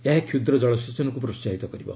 ଏହା କ୍ଷୁଦ୍ର ଜଳସେଚନକୁ ପ୍ରୋହାହିତ କରିବ